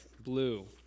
blue